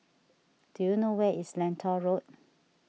do you know where is Lentor Road